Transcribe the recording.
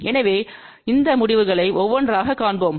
எனவே இந்த முடிவுகளை ஒவ்வொன்றாகக் காண்போம்